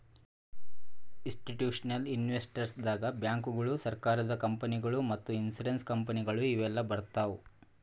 institutional investors ದಾಗ್ ಬ್ಯಾಂಕ್ಗೋಳು, ಸರಕಾರದ ಕಂಪನಿಗೊಳು ಮತ್ತ್ ಇನ್ಸೂರೆನ್ಸ್ ಕಂಪನಿಗೊಳು ಇವೆಲ್ಲಾ ಬರ್ತವ್